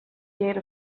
gate